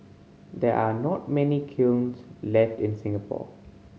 there are not many kilns left in Singapore